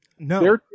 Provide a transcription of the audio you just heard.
No